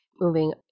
moving